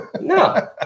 No